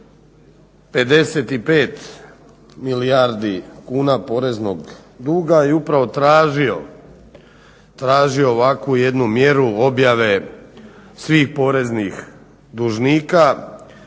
55 milijardi kuna poreznog duga i upravo tražio ovakvu jednu mjeru objave svih poreznih dužnika.